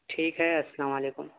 ٹھیک ہے السّلام علیکم